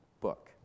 book